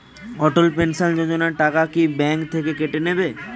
অটল pension Yojana টাকা কি bank থেকে কেটে নেবে?